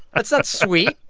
that's not sweet